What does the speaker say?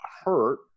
hurt